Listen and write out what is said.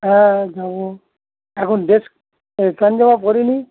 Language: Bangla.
হ্যাঁ যাব এখন ড্রেস প্যান্ট জামা পরিনি